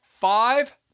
five